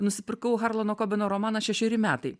nusipirkau harlano kobeno romaną šešeri metai